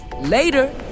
Later